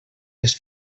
les